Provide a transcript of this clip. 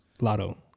lotto